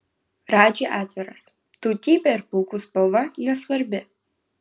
radži atviras tautybė ir plaukų spalva nesvarbi